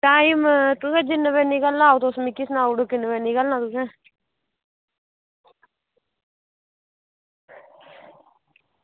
time तुसें जिन्ने बजे निकलना होग मिगी सुनाई ओड़ेओ किन्ने बजे निकलना तुसें